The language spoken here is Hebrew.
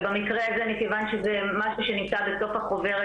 ובמקרה הזה מכיוון שזה משהו שנמצא בתוך החוברת,